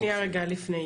רגע, אז שנייה רגע לפני.